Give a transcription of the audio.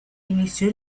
inició